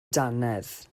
dannedd